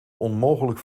onmogelijk